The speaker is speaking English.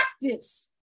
Practice